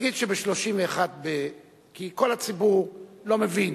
כל הציבור לא מבין,